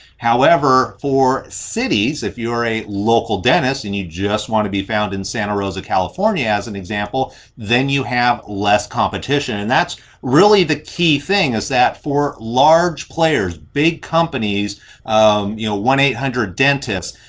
however, for cities if you are a local dentist and you just want to be found in santa rosa california as an example then you have less competition. and that's really the key thing, is that for large players, big companies um you know one eight hundred dentists.